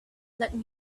let